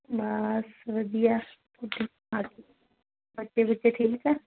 ਬਾਸ ਵਧੀਆ ਤੁਸੀਂ ਸੁਣਾਓ ਜੀ ਬੱਚੇ ਬੁੱਚੇ ਠੀਕ ਆ